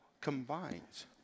combines